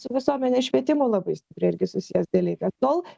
su visuomenės švietimu labai stipriai irgi susijęs dalykas tol